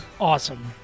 awesome